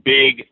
big –